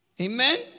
Amen